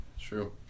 true